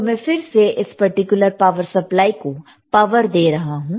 तो मैं फिर से इस पर्टिकुलर DC पावर सप्लाई को पावर दे रहा हूं